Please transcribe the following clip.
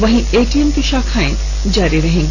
वहीं एटीएम की शाखांए जारी रहेंगी